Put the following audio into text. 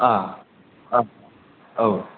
औ